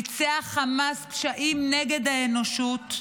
ביצע חמאס פשעים נגד האנושות,